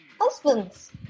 Husband's